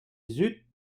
zud